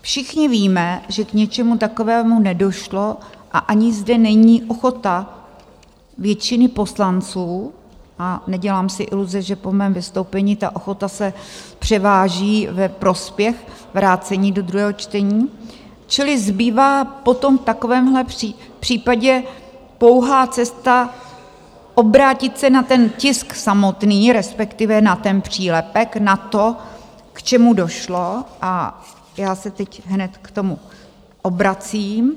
Všichni víme, že k něčemu takovému nedošlo, a ani zde není ochota většiny poslanců, a nedělám si iluze, že po mém vystoupení ta ochota se převáží ve prospěch vrácení do druhého čtení, čili zbývá potom v takovémhle případě pouhá cesta obrátit se na ten tisk samotný, respektive na ten přílepek, na to, k čemu došlo, a já se teď hned k tomu obracím.